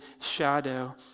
shadow